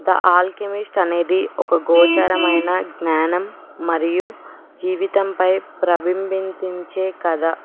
the Alchemist అనేది ఒక గోచరమైన జ్ఞానం మరియు జీవితంపై ప్రతిబింబించే కథ